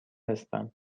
هستم